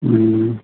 ಹ್ಞೂ